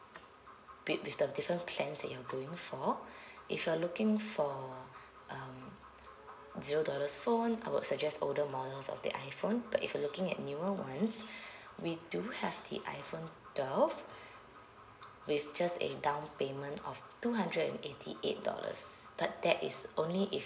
wi~ with the different plans that you're going for if you're looking for um zero dollars phone I would suggest older models of the iphone but if you're looking at newer ones we do have the iphone twelve with just a downpayment of two hundred and eighty eight dollars but that is only if